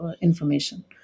information